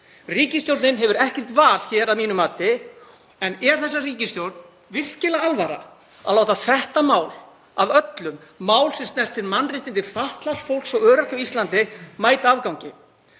Ríkisstjórnin hefur ekkert val hér að mínu mati. En er þessari ríkisstjórn virkilega alvara að láta þetta mál af öllum, mál sem snertir mannréttindi fatlaðs fólks og öryrkja á Íslandi, mæta afgangi?